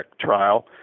trial